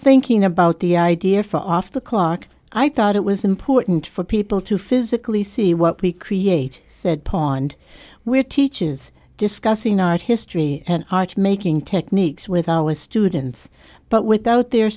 thinking about the idea for off the clock i thought it was important for people to physically see what we create said pond where teaches discussing art history and arch making techniques with our students but without their